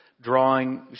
drawing